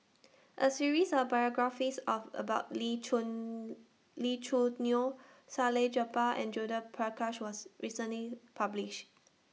A series of biographies of about Lee Chun Lee Choo Neo Salleh Japar and Judith Prakash was recently published